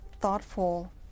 thoughtful